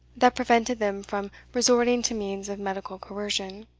that prevented them from resorting to means of medical coercion.